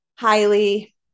highly